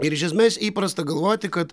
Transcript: ir iš esmės įprasta galvoti kad